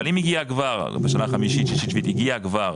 אבל אם הגיע כבר בשנה החמישית שישית שביעית הגיע כבר